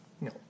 No